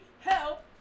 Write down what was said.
help